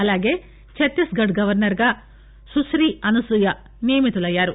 అలాగే Chhattisgarh governor గా సుశ్రి అనసూయ నియమితులయ్యారు